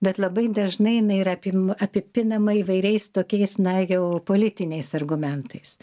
bet labai dažnai jinai yra apim apipinama įvairiais tokiais na geopolitiniais argumentais